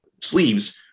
sleeves